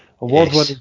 award-winning